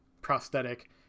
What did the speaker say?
prosthetic